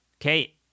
Okay